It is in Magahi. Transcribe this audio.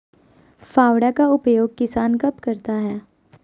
फावड़ा का उपयोग किसान कब करता है?